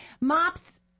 Mops